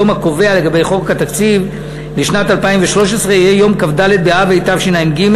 היום הקובע לגבי חוק התקציב לשנת 2013 יהיה יום כ"ד באב התשע"ג,